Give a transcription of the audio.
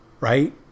Right